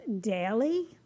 daily